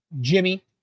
Jimmy